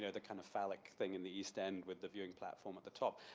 yeah the kind of phallic thing in the east-end with the viewing platform at the top,